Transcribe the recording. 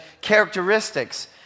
characteristics